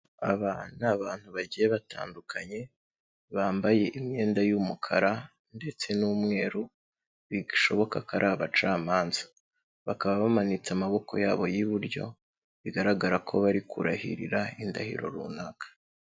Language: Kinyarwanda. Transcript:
Aba ni abantu bagiye batandukanye, bambaye imyenda y'umukara ndetse n'umweru, bishoboka ko ari abacamanza, bakaba bamanitse amaboko yabo y'uburyo, bigaragara ko bari kurahirira indahiro runaka.